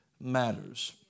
matters